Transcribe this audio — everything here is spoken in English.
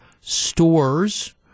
stores